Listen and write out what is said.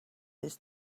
his